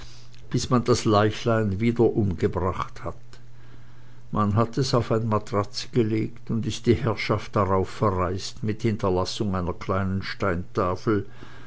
bis man das leichlein wiederum gebracht hat man hat es auf ein matraz gelegt und ist die herrschaft darauf verreiset mit hinterlassung einer kleinen steintafell